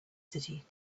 city